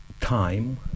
time